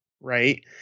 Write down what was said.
Right